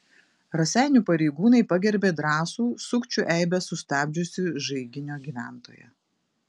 raseinių pareigūnai pagerbė drąsų sukčių eibes sustabdžiusį žaiginio gyventoją